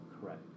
Correct